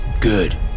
Good